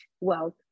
wealth